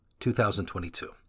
2022